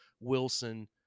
Wilson